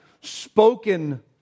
spoken